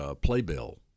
playbill